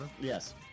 Yes